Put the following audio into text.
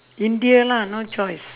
india lah no choice